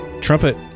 Trumpet